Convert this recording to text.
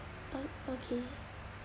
o~ okay